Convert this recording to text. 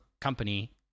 company